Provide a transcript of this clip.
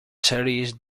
cherish